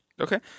Okay